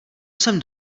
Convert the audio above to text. jsem